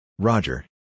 Roger